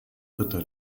dritter